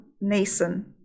Nason